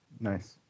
nice